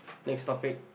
next topic